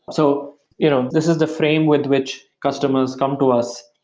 so you know this is the frame with which customers come to us.